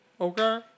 Okay